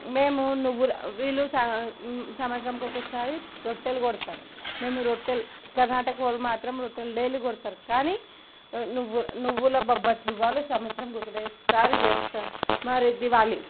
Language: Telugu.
మేము నువ్వుల వీళ్ళు స సంవత్సరంకొకసారి రొట్టెలు కొడతారు మేము రొట్టెలు కర్ణాటక వాళ్ళు మాత్రం రొట్టెలు డైలీ కొడతారు కానీ నువ్వుల నువ్వుల బొబ్బట్లు ఇవ్వాలి సంవత్సరంకి ఒకటేసారి చేస్తారు మరి దివాళి